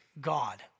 God